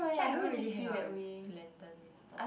actually I haven't really hang out with Glenden before